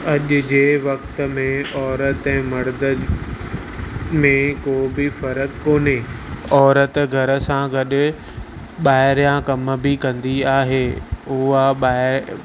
अॼु जे वक़्त में औरत ऐं मर्द में को बि फ़र्क़ु कोन्हे औरत घर सां गॾु ॿाहिरियां कमु बि कंदी आहे उहा ॿाहिरि